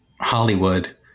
Hollywood